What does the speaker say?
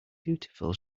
beautiful